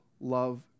love